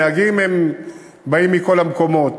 הנהגים באים מכל המקומות.